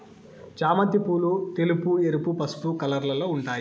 చామంతి పూలు తెలుపు, ఎరుపు, పసుపు కలర్లలో ఉంటాయి